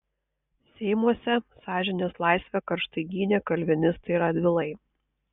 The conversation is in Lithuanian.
seimuose sąžinės laisvę karštai gynė kalvinistai radvilai